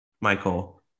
Michael